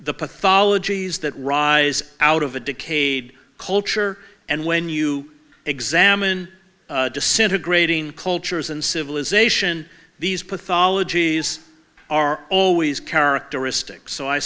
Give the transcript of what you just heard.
the pathologies that rise out of a decayed culture and when you examine disintegrating cultures and civilization these pathologies are always characteristic so i